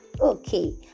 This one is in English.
okay